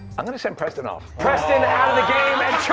i'm going to send preston off. preston out of the game and